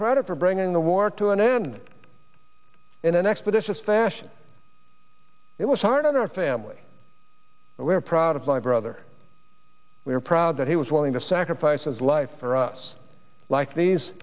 credit for bringing the war to an end in an expeditious fashion it was hard on our family we're proud of my brother we're proud that he was willing to sacrifice his life for us like these